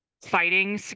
fighting